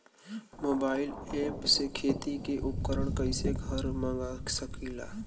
Mobile ऐपसे खेती के उपकरण कइसे घर मगा सकीला?